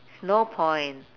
there's no point